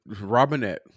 Robinette